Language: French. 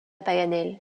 paganel